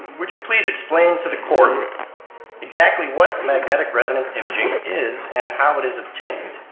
would you please explain to the court exactly what magnetic resonance imaging is and how it is obtained?